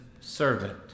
servant